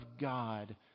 God